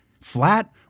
Flat